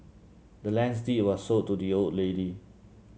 the land's deed was sold to the old lady